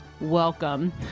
welcome